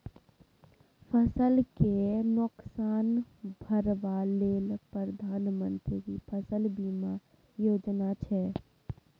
फसल केँ नोकसान भरबा लेल प्रधानमंत्री फसल बीमा योजना छै